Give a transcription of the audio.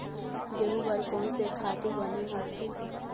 गेहूं बर कोन से खातु बने होथे?